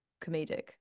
comedic